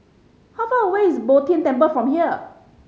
how far away is Bo Tien Temple from here